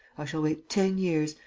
i shall wait ten years,